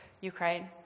Ukraine